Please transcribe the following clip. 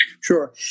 Sure